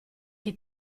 che